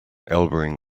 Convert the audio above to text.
elbowing